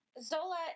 Zola